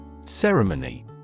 Ceremony